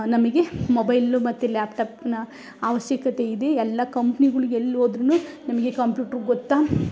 ನಮಗೆ ಮೊಬೈಲು ಮತ್ತು ಲ್ಯಾಪ್ಟಾಪ್ನ ಅವಶ್ಯಕತೆ ಇದೆ ಎಲ್ಲ ಕಂಪ್ನಿಗಳಿಗ್ ಎಲ್ಲಿ ಹೋದ್ರು ನಿಮಗೆ ಕಂಪ್ಯೂಟರ್ ಗೊತ್ತ